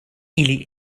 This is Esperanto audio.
ili